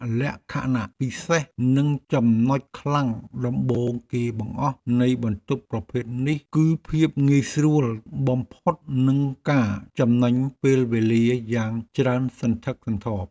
លក្ខណៈពិសេសនិងជាចំណុចខ្លាំងដំបូងគេបង្អស់នៃបន្ទប់ប្រភេទនេះ គឺភាពងាយស្រួលបំផុតនិងការចំណេញពេលវេលាយ៉ាងច្រើនសន្ធឹកសន្ធាប់។